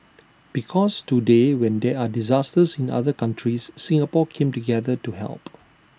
because today when there are disasters in other countries Singapore came together to help